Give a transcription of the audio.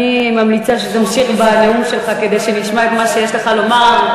אני ממליצה שתמשיך בנאום שלך כדי שנשמע את מה שיש לך לומר.